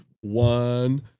One